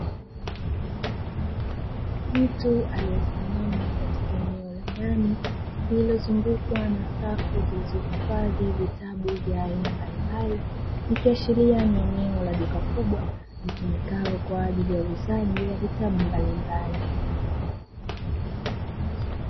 Mtu aliyesimama katika eneo la ndani lililozungukwa na safu zilizohifadhi vitabu vya aina mbalimbali, ikiashiria ni eneo la duka kubw litumikalo kwa ajili ya uuzaji wa vitabu mbalimbali.